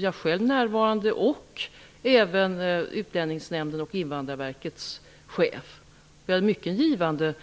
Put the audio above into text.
Jag själv var närvarande och även Utlänningsnämndens och Invandrarverkets chefer. Vi hade en mycket givande